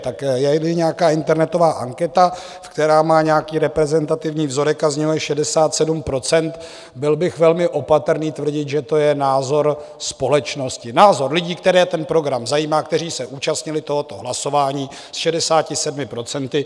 Tak jeli nějaká internetová anketa, která má nějaký reprezentativní vzorek a z něho je 67 %, byl bych velmi opatrný tvrdit, že to je názor společnosti názor lidí, které ten program zajímá, kteří se účastnili tohoto hlasování s 67 %.